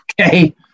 Okay